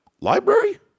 Library